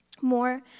more